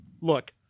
look